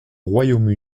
royaume